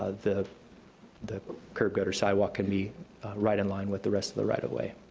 ah the the curb gutter sidewalk can be right in line with the rest of the right of way.